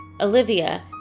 Olivia